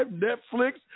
Netflix